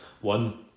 one